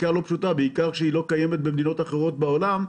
בעיקר כשהיא לא קיימת במדינות אחרות בעולם.